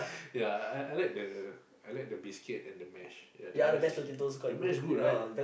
ya I I I like the I like the biscuit and the mash ya the mash the mash good right